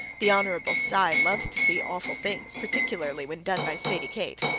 the hon. cy loves to see awful things, particularly when done by sadie kate.